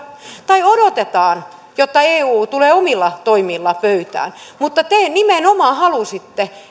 tai odotetaan jotta eu tulee omilla toimilla pöytään mutta te nimenomaan halusitte että